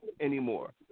anymore